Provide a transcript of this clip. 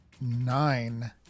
nine